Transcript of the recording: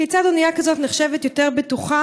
כיצד אונייה כזאת נחשבת יותר בטוחה